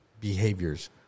behaviors